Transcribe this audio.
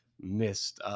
missed